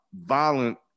violent-